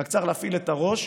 רק צריך להפעיל את הראש.